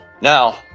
Now